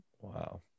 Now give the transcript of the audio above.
Wow